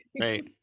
right